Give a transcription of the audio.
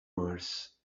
mars